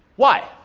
why?